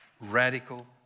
Radical